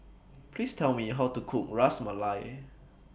Please Tell Me How to Cook Ras Malai